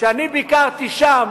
כשאני ביקרתי שם